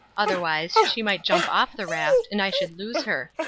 otherwise she might jump off the raft and i should lose her.